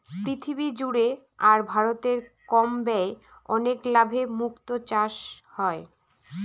পৃথিবী জুড়ে আর ভারতে কম ব্যয়ে অনেক লাভে মুক্তো চাষ হয়